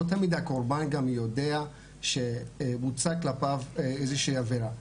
לא תמיד הקורבן גם יודע שבוצעה כלפיו איזה שהיא עבירה.